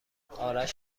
آرش